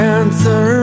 answer